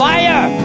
Fire